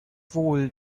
wohl